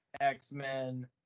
x-men